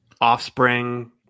offspring